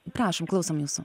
prašom klausom mūsų